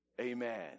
amen